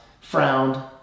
frowned